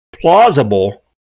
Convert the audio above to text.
plausible